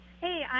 Hey